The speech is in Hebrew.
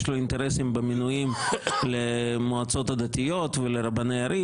יש לו אינטרסים במינויים למועצות הדתיות ולרבני ערים.